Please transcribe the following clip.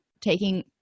taking